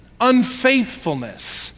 unfaithfulness